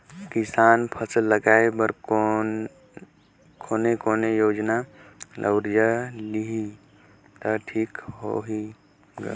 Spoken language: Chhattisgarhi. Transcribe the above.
किसान फसल लगाय बर कोने कोने योजना ले कर्जा लिही त ठीक होही ग?